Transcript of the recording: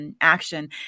action